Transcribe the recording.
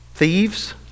Thieves